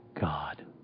God